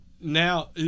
Now